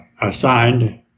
assigned